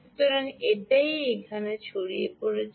সুতরাং এটাই এখানে ছড়িয়ে পড়েছে